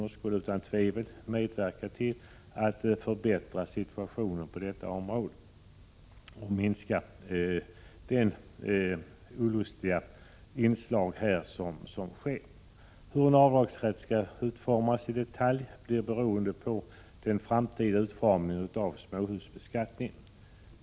1986/87:104 skulle utan tvivel medverka till att förbättra situationen på detta område och — 8 april 1987 minska de olustiga inslag som finns. Hur avdragsrätten i detalj skall utformas blir beroende på den framtida utformningen av småhusbeskattningen.